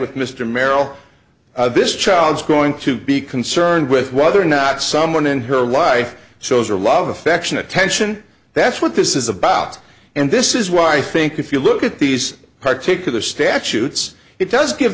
with mr merrill this child's going to be concerned with whether or not someone in her life shows her love affection attention that's what this is about and this is why i think if you look at these particular statutes it does give